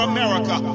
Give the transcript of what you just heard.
America